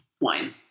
Wine